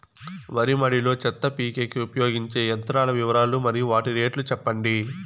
వరి మడి లో చెత్త పీకేకి ఉపయోగించే యంత్రాల వివరాలు మరియు వాటి రేట్లు చెప్పండి?